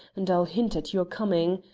and i'll hint at your coming.